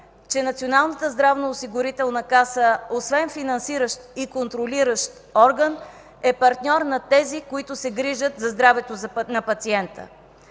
че Националната здравноосигурителна каса, освен финансиращ и контролиращ орган, е партньор на тези, които се грижат за здравето на пациента.